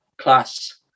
class